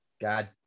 god